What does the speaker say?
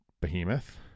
behemoth